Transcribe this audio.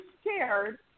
scared